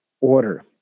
order